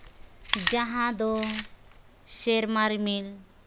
ᱡᱟᱦᱟᱸ ᱫᱚ ᱥᱮᱨᱢᱟ ᱨᱤᱢᱤᱞ